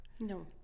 No